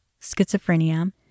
schizophrenia